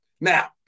Now